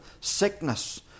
sickness